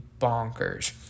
bonkers